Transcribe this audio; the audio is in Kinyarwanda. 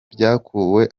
byakuwe